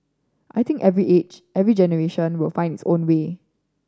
I think every age every generation will find its own way